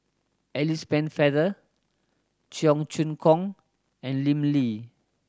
Alice Pennefather Cheong Choong Kong and Lim Lee